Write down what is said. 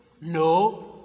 No